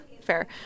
Fair